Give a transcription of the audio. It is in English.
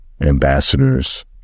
ambassadors